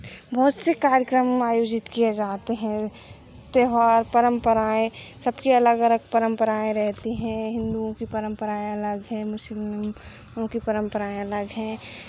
बहुत से कार्यक्रम आयोजित किए जाते हैं त्योहार परम्पराएँ सबकी अलग अलग परम्पराएँ रहती हैं हिन्दुओं की परम्पराएँ अलग है मुस्लिमों की परम्पराएँ अलग हैं